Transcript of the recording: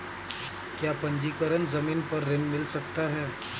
क्या पंजीकरण ज़मीन पर ऋण मिल सकता है?